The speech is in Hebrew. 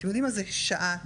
אתם יודעים מה זה שעה שבועית?